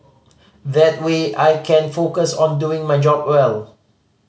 that way I can focus on doing my job well